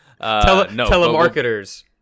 telemarketers